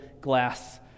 glass